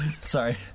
Sorry